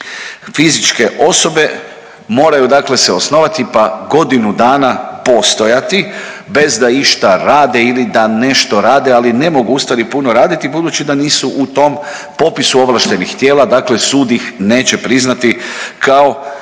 fizičke osobe moraju se osnovati pa godinu dana postojati bez da išta rade ili da nešto rade. Ali ne mogu ustvari puno raditi budući da nisu u tom popisu ovlaštenih tijela, dakle sud ih neće priznati kao